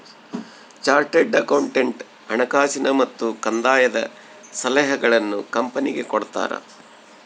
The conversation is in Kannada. ಚಾರ್ಟೆಡ್ ಅಕೌಂಟೆಂಟ್ ಹಣಕಾಸಿನ ಮತ್ತು ಕಂದಾಯದ ಸಲಹೆಗಳನ್ನು ಕಂಪನಿಗೆ ಕೊಡ್ತಾರ